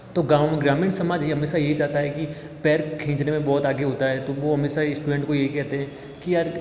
तो गांव में ग्रामीण समाज ही हमेशा यही चाहता है कि पैर खींचने में बहुत आगे होता है तो वो हमेशा ही इस्टूडेंट को यही कहते हैं कि यार